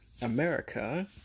America